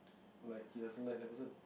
like he doesn't like that person